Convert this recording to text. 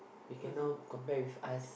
you cannot compare with us